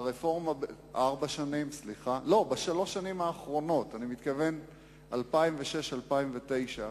אני מתכוון 2006 2009,